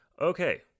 Okay